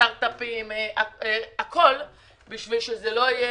כדי שזו תהיה